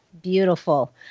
beautiful